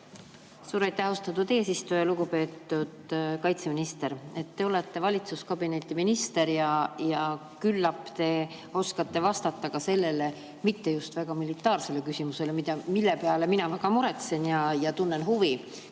Suur aitäh, austatud eesistuja! Lugupeetud kaitseminister! Te olete valitsuskabineti minister ja küllap te oskate vastata ka sellele mitte just eriti militaarsele küsimusele, mille pärast mina väga muretsen ja mille vastu